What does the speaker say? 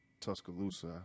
Tuscaloosa